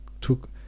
took